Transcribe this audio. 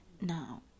now